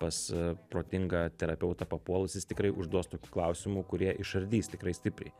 pas protingą terapeutą papuolus jis tikrai užduos tokių klausimų kurie išardys tikrai stipriai